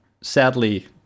sadly